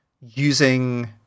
using